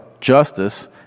justice